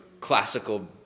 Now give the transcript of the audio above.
classical